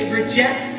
reject